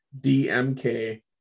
DMK